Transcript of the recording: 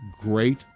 great